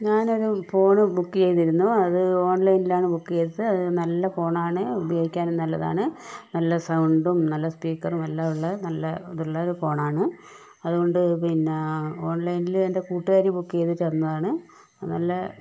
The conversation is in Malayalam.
ഞാനൊരു ഫോൺ ബുക്ക് ചെയ്തിരുന്നു അത് ഓൺലൈനിൽ നിന്നാണ് ബുക്ക് ചെയ്തിരുന്നത് അത് നല്ല ഫോണാണ് ഉപയോഗിക്കാനും നല്ലതാണ് നല്ല സൗണ്ടും നല്ല സ്പീക്കറും എല്ലാമുള്ള നല്ല ഇതുള്ള ഫോണാണ് അതുക്കൊണ്ട് പിന്നേ ഓൺലൈനിൽ എൻ്റെ കൂട്ടുകാരി ബുക്ക് ചെയ്ത് തന്നതാണ് നല്ല